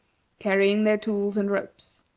carrying their tools and ropes.